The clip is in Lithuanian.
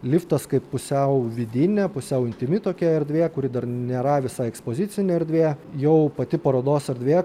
liftas kaip pusiau vidinė pusiau intymi tokia erdvė kuri dar nėra visa ekspozicinė erdvė jau pati parodos erdvė